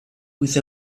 with